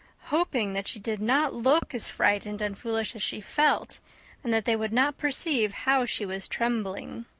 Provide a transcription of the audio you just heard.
hoping that she did not look as frightened and foolish as she felt and that they would not perceive how she was trembling.